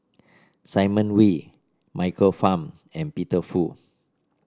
Simon Wee Michael Fam and Peter Fu